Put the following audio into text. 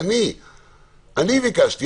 אני ביקשתי.